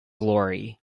glory